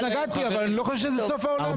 התנגדתי אבל אני לא חושב שזה סוף העולם.